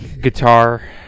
guitar